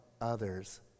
others